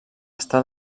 estar